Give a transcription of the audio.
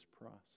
process